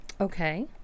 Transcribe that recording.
Okay